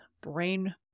brain